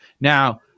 Now